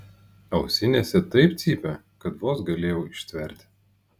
ausinėse taip cypė kad vos galėjau ištverti